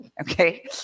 okay